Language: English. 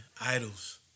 idols